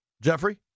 jeffrey